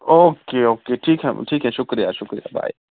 okay okay ٹھیک ہے ٹھیک ہے شکریہ شکریہ بائے